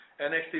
NXT